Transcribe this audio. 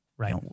Right